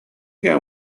can